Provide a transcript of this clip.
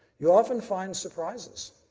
you often find surprises.